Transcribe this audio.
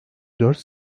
dört